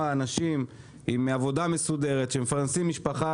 אנשים עם עבודה מסודרת שמפרנסים משפחה,